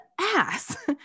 ass